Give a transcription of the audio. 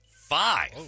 Five